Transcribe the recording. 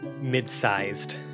Mid-sized